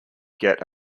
get